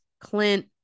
Clint